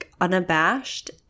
unabashed